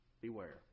Beware